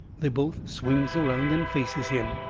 they both swings around and faces him.